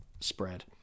spread